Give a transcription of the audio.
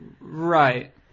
Right